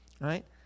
right